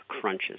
crunches